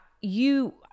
you-